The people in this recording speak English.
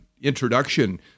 introduction